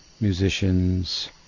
musicians